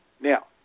Now